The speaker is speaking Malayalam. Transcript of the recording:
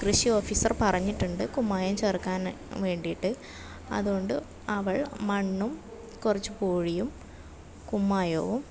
കൃഷി ഓഫീസർ പറഞ്ഞിട്ടുണ്ട് കുമ്മായം ചേർക്കാൻ വേണ്ടിയിട്ട് അതുകൊണ്ട് അവൾ മണ്ണും കുറച്ചു പൂഴിയും കുമ്മായവും